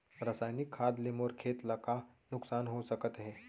रसायनिक खाद ले मोर खेत ला का नुकसान हो सकत हे?